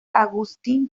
agustín